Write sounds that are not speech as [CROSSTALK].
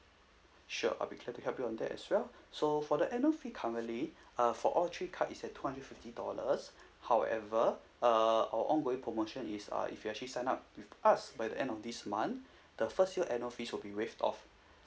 sure I'll be glad to help you on that as well so for the annual fee currently [BREATH] uh for all three card is at two hundred fifty dollars [BREATH] however uh our ongoing promotion is uh if you actually sign up with us by the end of this month [BREATH] the first year annual fee will be waived off